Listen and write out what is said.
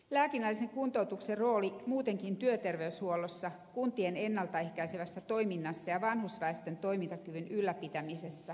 lääkinnällisen kuntoutuksen rooli muutenkin työterveyshuollossa kuntien ennalta ehkäisevässä toiminnassa ja vanhusväestön toimintakyvyn ylläpitämisessä on tärkeä